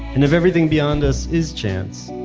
and if everything beyond us is chance,